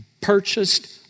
purchased